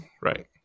right